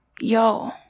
yo